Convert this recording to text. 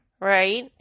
right